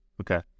Okay